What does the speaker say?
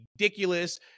ridiculous